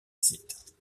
site